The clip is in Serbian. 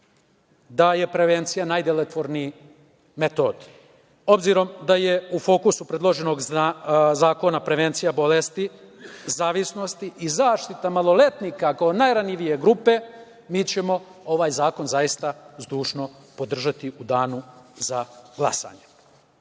da je prevencija najdelotvorniji metod. Obzirom da je u fokusu predloženog zakona prevencija bolesti zavisnosti i zaštita maloletnika kao najranjivije grupe, mi ćemo ovaj zakon zaista podržati u danu za glasanje. Što